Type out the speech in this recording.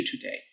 today